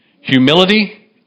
Humility